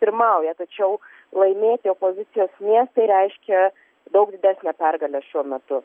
pirmauja tačiau laimėti opozicijos miestai reiškia daug didesnę pergalę šiuo metu